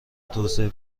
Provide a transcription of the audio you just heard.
توسعه